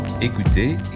Écoutez